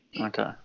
Okay